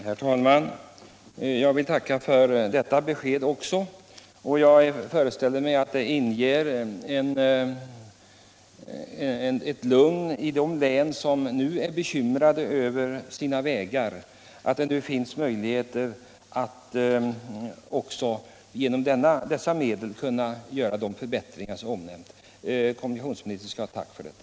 Herr talman! Jag vill tacka för detta besked också, och jag föreställer mig att det hälsas med tillfredsställelse i de län där man nu är bekymrad över sina vägar. Det kommer alltså att finnas möjligheter att med de omnämnda medlen göra de förbättringar och byggnader som erfordras.